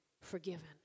forgiven